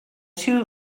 two